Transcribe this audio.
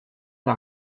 n’a